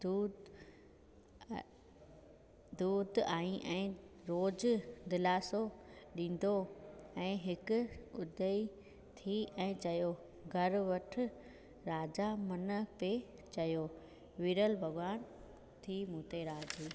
दूत दूत आईं ऐं रोज़ु दिलासो ॾींदो ऐं हिक ॿुधईं ऐं चयो घर वठि राजा मन पिए चयो वीरल भॻिवान थी मूं ते राज़ी